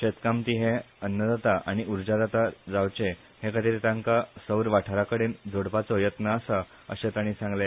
शेतकामती हे अन्नदाता आनी उर्जादाता जावचे हेखातीर तांका सौर वाठाराकडे जोडपाचो यत्न आसा अशे ताणी सांगले